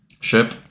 ship